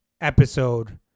episode